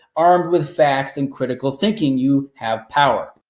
armed with facts and critical thinking. you have power.